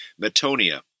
metonia